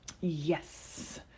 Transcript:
yes